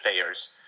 players